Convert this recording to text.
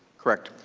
correct.